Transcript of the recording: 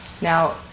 Now